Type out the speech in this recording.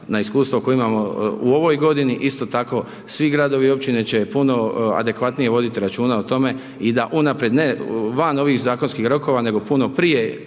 na iskustvo koje imamo u ovoj godini, isto tako svi gradovi i općine će puno adekvatnije voditi računa o tome i da unaprijed ne, van ovih zakonskih rokova, nego puno prije